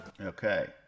Okay